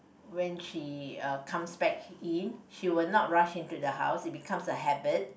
when she uh comes back in she will not rush in to the house it becomes a habit